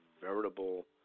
veritable